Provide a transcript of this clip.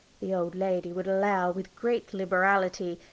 the old lady would allow, with great liberality,